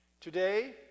Today